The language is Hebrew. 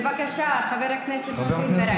בבקשה, חבר הכנסת מרעי.